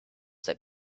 that